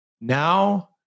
now